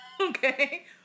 Okay